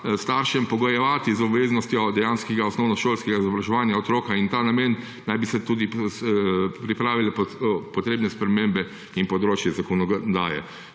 staršem pogojevati z obveznostjo dejanskega osnovnošolskega izobraževanja otroka. V ta namen naj bi se tudi pripravile potrebne spremembe področne zakonodaje.